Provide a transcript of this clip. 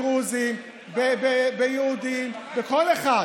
בדרוזים, ביהודים, בכל אחד.